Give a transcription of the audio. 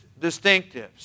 distinctives